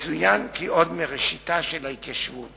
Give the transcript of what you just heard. יצוין כי עוד מראשיתה של ההתיישבות